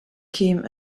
came